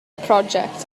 prosiect